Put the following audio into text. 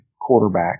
quarterback